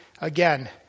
again